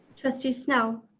trustee snell.